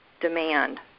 demand